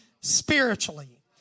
spiritually